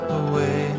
away